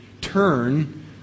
turn